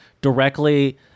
directly